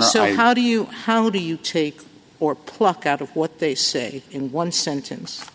so how do you how do you take or pluck out of what they say in one sentence